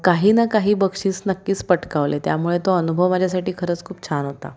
काही ना काही बक्षीस नक्कीच पटकावले त्यामुळे तो अनुभव माझ्यासाठी खरंच खूप छान होता